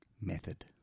Method